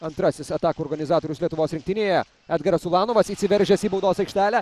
antrasis atakų organizatorius lietuvos rinktinėje edgaras ulanovas įsiveržęs į baudos aikštelę